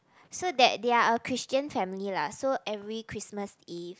so that they are a Christian family lah so every Christmas Eve